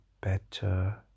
better